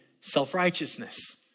self-righteousness